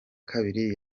kabiri